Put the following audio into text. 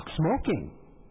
smoking